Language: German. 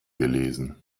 gelesen